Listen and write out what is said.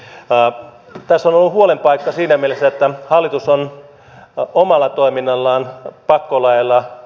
tässä on ollut huolen paikka siinä mielessä että hallitus on omalla toiminnallaan pakkolaeilla